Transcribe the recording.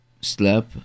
slap